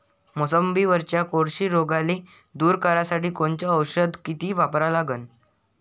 मोसंबीवरच्या कोळशी रोगाले दूर करासाठी कोनचं औषध किती वापरा लागन?